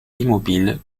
immobiles